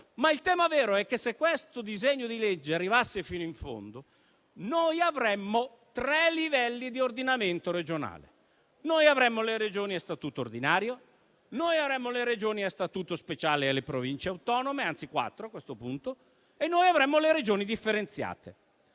Il tema vero è che, se questo disegno di legge arrivasse fino in fondo, avremmo tre livelli di ordinamento regionale: avremmo le Regioni a statuto ordinario, le Regioni a Statuto speciale e le Province autonome (anzi quattro a questo punto) e poi le Regioni differenziate.